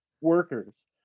workers